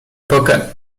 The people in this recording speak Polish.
boga